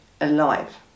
alive